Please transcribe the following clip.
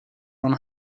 ron